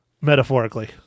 metaphorically